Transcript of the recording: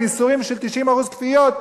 עם ייסורים של 90% כוויות,